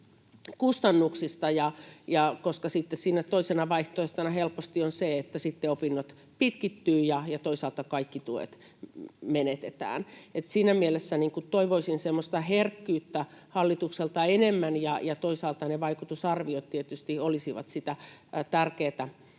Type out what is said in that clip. kustannuksista, koska toisena vaihtoehtona helposti on se, että sitten opinnot pitkittyvät ja toisaalta kaikki tuet menetetään. Siinä mielessä toivoisin semmoista herkkyyttä hallitukselta enemmän, ja toisaalta niistä vaikutusarvioista tietysti